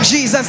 Jesus